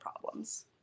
problems